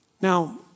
Now